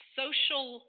social